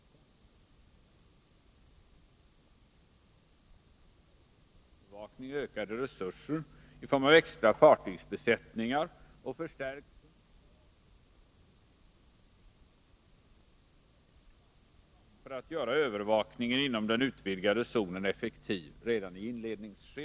För övervakningen tillfördes tullverkets kustbevakning ökade resurser i form av extra fartygsbesättningar och förstärkt central och regional ledning samt tillgång till ytterligare ett spaningsplan för att göra övervakningen inom den utvidgade zonen effektiv redan i inledningsstadiet.